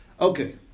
Okay